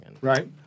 Right